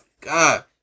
God